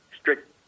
strict